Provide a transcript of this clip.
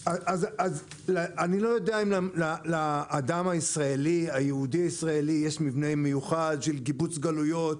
אני לא יודע אם לאדם הישראלי יש מבנה מיוחד של קיבוץ גלויות,